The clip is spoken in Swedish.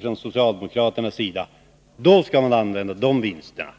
Från socialdemokratisk sida säger man att då skall de aktuella vinsterna